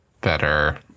better